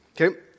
Okay